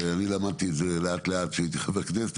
למדתי את זה לאט-לאט כשהייתי חבר כנסת,